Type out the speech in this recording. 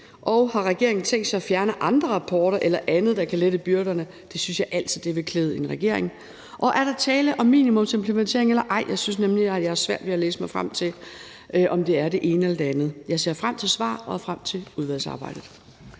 Og har regeringen tænkt sig at fjerne andre rapporter eller andet, der kan lette byrderne? Det synes jeg altid vil klæde en regering. Og er der tale om minimumsimplementering eller ej? Jeg synes nemlig, jeg har svært ved at læse mig frem til, om det er det ene eller det andet. Jeg ser frem til svar og til udvalgsarbejdet.